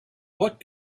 what